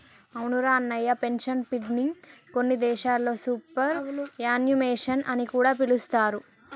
అవునురా అన్నయ్య పెన్షన్ ఫండ్ని కొన్ని దేశాల్లో సూపర్ యాన్యుమేషన్ అని కూడా పిలుస్తారు